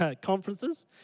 Conferences